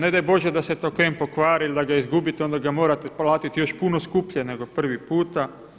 Ne daj Bože da se token pokvari ili da ga izgubite, onda ga morate platiti još puno skuplje nego prvi puta.